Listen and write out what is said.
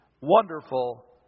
wonderful